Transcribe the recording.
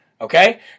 Okay